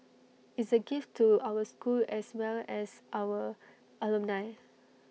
is A gift to our school as well as our alumni